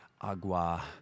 Agua